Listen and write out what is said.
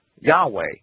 yahweh